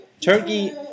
Turkey